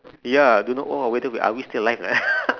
ya do not know whether are we still alive or not